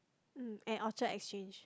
mm at Orchard-Exchange